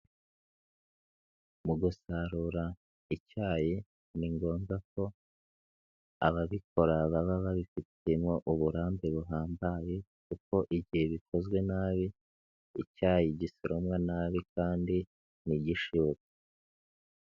Mu gusarura icyayi ni ngombwa ko ababikora baba babifitiyemo uburambe buhambaye kuko igihe bikozwe nabi icyayi gisoromwa nabi kandi ntigishibuke.